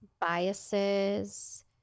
biases